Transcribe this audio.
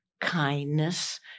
kindness